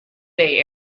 bay